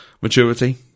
maturity